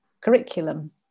curriculum